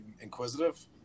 inquisitive